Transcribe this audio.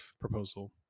proposal